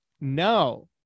no